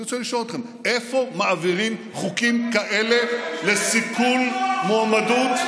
אני רוצה לשאול אתכם: איפה מעבירים חוקים כאלה לסיכול מועמדות?